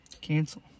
cancel